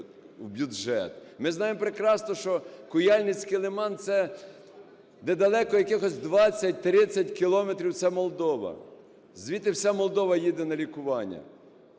Ми знаємо прекрасно, що Куяльницький лиман – це недалеко, якихось 20-30 кілометрів, це Молдова. Звідти вся Молдова їде на лікування.